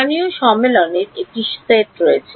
স্থানীয় সম্মেলনের একটি সেট রয়েছে